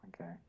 Okay